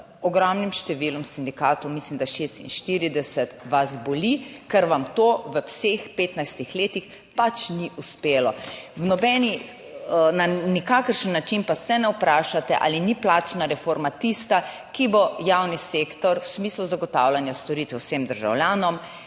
ogromnim številom sindikatov, mislim, da 46, vas boli, ker vam to v vseh 15 letih pač ni uspelo. V nobeni, na nikakršen način pa se ne vprašate ali ni plačna reforma tista, ki bo javni sektor v smislu zagotavljanja storitev vsem državljanom